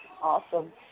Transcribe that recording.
Awesome